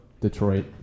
Detroit